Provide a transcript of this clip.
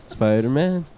Spider-Man